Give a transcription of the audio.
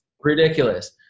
ridiculous